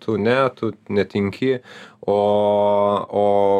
tu ne tu netinki o o